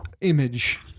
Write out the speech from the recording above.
image